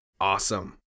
awesome